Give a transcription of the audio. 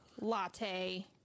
latte